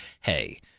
hey